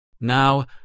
Now